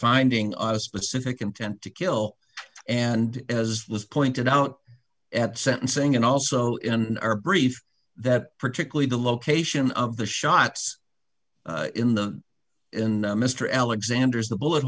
finding a specific intent to kill and as was pointed out at sentencing and also in our brief that particularly the location of the shots in the in mr alexander's the bullet